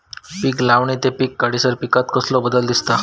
पीक लावणी ते पीक काढीसर पिकांत कसलो बदल दिसता?